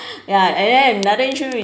ya and then another insurance we